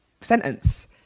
sentence